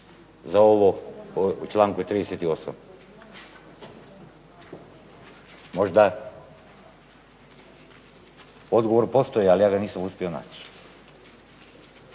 za ovo u članku 38. Možda odgovor postoji, ali ja ga nisam uspio naći.